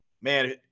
Man